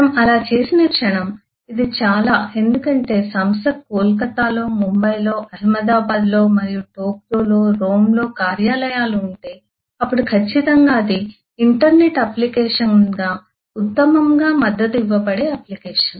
మనము అలా చేసిన క్షణం ఇది చాలా ఎందుకంటే సంస్థకు కోల్కతాలో ముంబైలో అహ్మదాబాద్ మరియు టోక్యోలో మరియు రోమ్లో కార్యాలయాలు ఉంటే అప్పుడు ఖచ్చితంగా అది ఇంటర్నెట్ అప్లికేషన్గా ఉత్తమంగా మద్దతు ఇవ్వబడే అప్లికేషన్